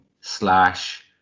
slash